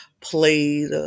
played